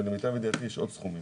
ולמיטב ידיעתי יש עוד סכומים,